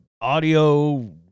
audio